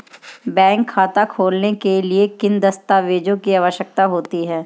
Bank खाता खोलने के लिए किन दस्तावेज़ों की आवश्यकता होती है?